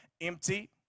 empty